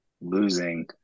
Losing